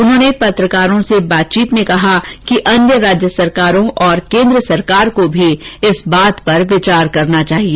उन्होंने पत्रकारों से बातचीत में कहा कि अन्य राज्य सरकारों और केंद्र सरकार को भी इस बात पर विचार करना चाहिए